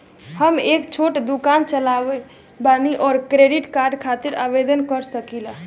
हम एक छोटा दुकान चलवइले और क्रेडिट कार्ड खातिर आवेदन कर सकिले?